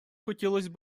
хотілось